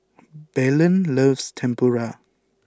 Belen loves Tempura